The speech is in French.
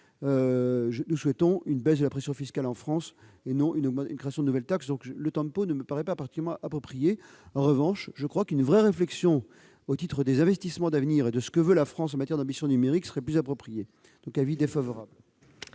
Nous prônons une baisse de la pression fiscale en France et non la création de nouvelles taxes. Encore une fois, le tempo ne me paraît pas particulièrement approprié. En revanche, une réflexion au titre des investissements d'avenir et de ce que veut la France en matière d'ambition numérique serait opportune. La commission émet donc un avis défavorable